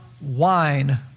wine